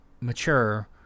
mature